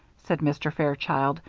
said mr. fairchild,